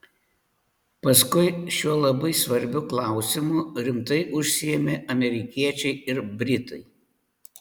paskui šiuo labai svarbiu klausimu rimtai užsiėmė amerikiečiai ir britai